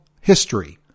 history